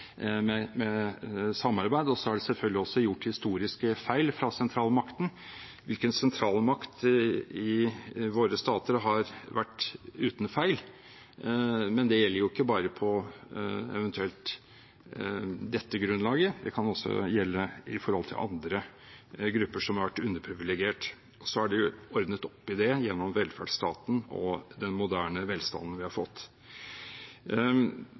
med gått opp i en nasjonalstat med samarbeid. Det er selvfølgelig også gjort historiske feil fra sentralmakten – hvilken sentralmakt i våre stater har vært uten feil? – men det gjelder ikke bare på eventuelt dette grunnlaget, det kan også gjelde i forhold til andre grupper som har vært underprivilegert. Så er det ordnet opp i det gjennom velferdsstaten og den moderne velstanden vi har fått.